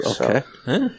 Okay